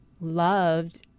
loved